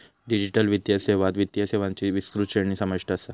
digital वित्तीय सेवात वित्तीय सेवांची विस्तृत श्रेणी समाविष्ट असा